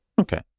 Okay